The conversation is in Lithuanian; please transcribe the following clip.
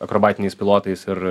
akrobatiniais pilotais ir